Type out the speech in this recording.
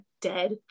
dead